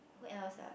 who else ah